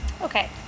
Okay